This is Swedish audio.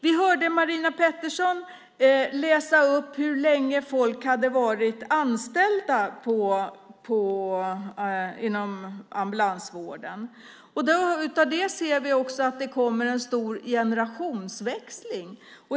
Vi hörde Marina Pettersson läsa upp hur länge folk hade varit anställda inom ambulansvården. Av det ser vi också att det kommer en stor generationsväxling.